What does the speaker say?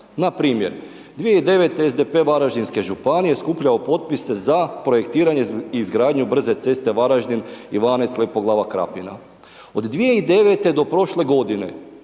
Npr. 2009. SDP Varaždinske županije, skupljao potpise za projektiranje i izgradnju brze ceste Varaždin-Ivanec-Lepoglava-Krapina. Od 2009. do prošle godine,